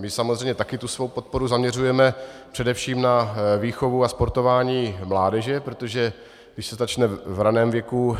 My samozřejmě také tu svou podporu zaměřujeme především na výchovu a sportování mládeže, protože když se začne v raném věku,